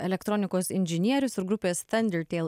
elektronikos inžinierius ir grupės thundertale